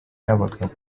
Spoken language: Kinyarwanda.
n’abagabo